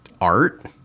art